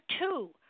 two